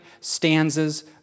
stanzas